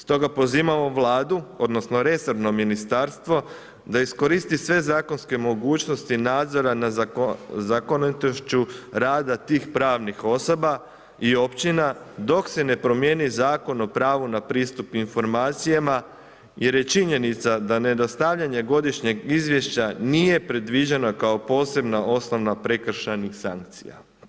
Stoga pozivamo Vladu odnosno resorno ministarstvo da iskoristi sve zakonske mogućnosti nadzora na zakonitošću rada tih pravnih osoba i općina dok se ne promijeni Zakon o pravu na pristup informacijama jer je činjenica da nedostavljanje godišnjeg izvješća nije predviđeno kao posebna osnova prekršajnih sankcija.